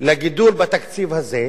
לגידול בתקציב הזה,